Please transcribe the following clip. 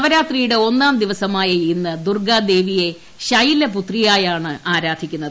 നവരാത്രിയുടെ ഒന്നാം ദിവസമായ ഇന്ന് ദുർഗ്ഗാദേവിയെ ഷൈലപുത്രിയായാണ് ആരാധിക്കുന്നത്